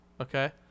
Okay